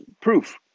proof